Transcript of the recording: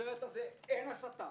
בסרט הזה אין הסתה,